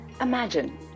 Imagine